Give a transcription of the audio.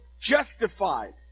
justified